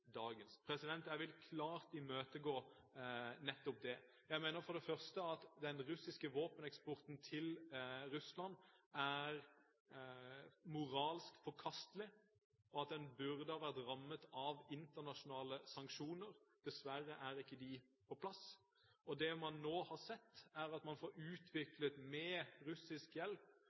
Jeg vil klart imøtegå nettopp det. Jeg mener for det første at den russiske våpeneksporten til Russland er moralsk forkastelig, og at den burde ha vært rammet av internasjonale sanksjoner. Dessverre er ikke de på plass. Det man nå har sett, er at man med russisk hjelp får utviklet